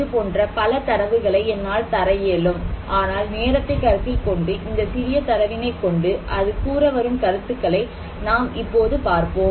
இதுபோன்ற பல தரவுகளை என்னால் தர இயலும் ஆனால் நேரத்தை கருத்தில் கொண்டு இந்த சிறிய தரவினை கொண்டு அது கூற வரும் கருத்துக்களை நாம் இப்போது பார்ப்போம்